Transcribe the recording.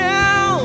now